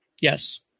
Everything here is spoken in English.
yes